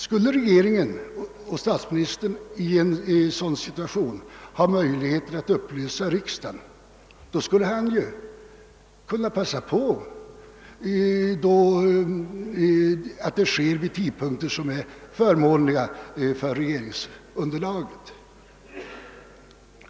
Skulle regeringen och statsministern i en sådan situation ha möjligheter att upplösa riksdagen skulle de kunna passa på vid tidpunkter som är förmånliga för regeringspartiet.